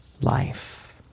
life